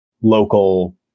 local